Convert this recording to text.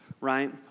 right